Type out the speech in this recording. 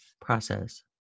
process